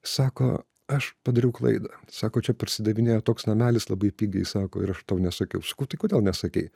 sako aš padariau klaidą sako čia parsidavinėja toks namelis labai pigiai sako ir aš tau nesakiau sakau tai kodėl nesakei